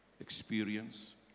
experience